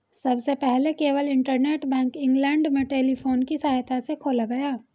सबसे पहले केवल इंटरनेट बैंक इंग्लैंड में टेलीफोन की सहायता से खोला गया